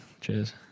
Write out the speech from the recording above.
Cheers